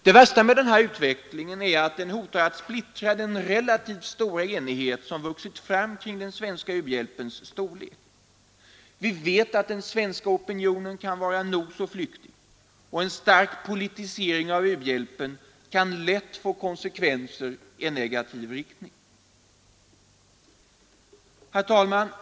Det värsta med denna utveckling är att den hotar att splittra den relativt stora enighet som vuxit fram kring den svenska u-hjälpens storlek. Vi vet att den svenska opinionen kan vara nog så flyktig, och en stark politisering av u-hjälpen kan lätt få konsekvenser i negativ riktning. Herr talman!